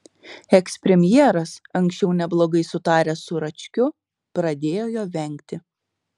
ekspremjeras anksčiau neblogai sutaręs su račkiu pradėjo jo vengti